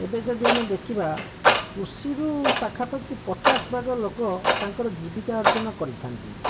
ଏବେ ଜଦି ଆମେ ଦେଖିବା କୃଷିରୁ ପାଖାପାଖି ପଚାଶ ଭାଗ ଲୋକ ତାଙ୍କର ଜୀବିକା ଅର୍ଜନ କରିଥାନ୍ତି